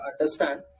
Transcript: understand